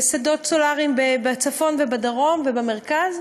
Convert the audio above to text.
בשדות סולריים בצפון ובדרום ובמרכז,